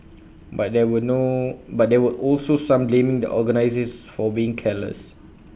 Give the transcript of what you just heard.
but there were no but there were also some blaming the organisers for being careless